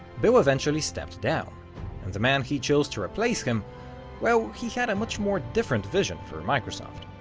bill eventually stepped down and the man he chose to replace him well, he had a much more different vision for microsoft.